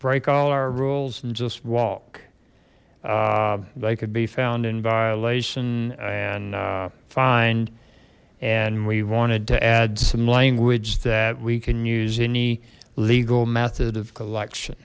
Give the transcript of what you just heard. break all our rules just walk they could be found in violation and find and we wanted to add some language that we can use any legal method of collection